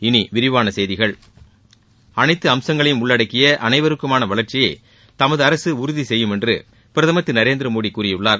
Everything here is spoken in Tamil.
இனி விரிவான செய்திகள் அனைத்து அம்சங்களையும் உள்ளடக்கிய அனைவருக்குமான வளர்ச்சியை தமது அரசு உறுதி செய்யும் என்று பிரதமா் திரு நரேந்திரமோடி கூறியுள்ளார்